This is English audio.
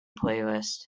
playlist